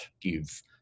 give